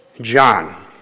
John